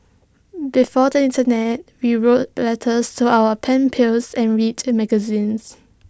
before the Internet we wrote letters to our pen pals and read magazines